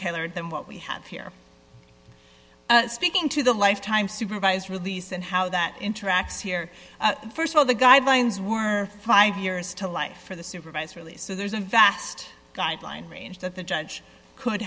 tailored than what we have here speaking to the lifetime supervised release and how that interacts here st of all the guidelines were five years to life for the supervised release so there's a vast guideline range that the judge could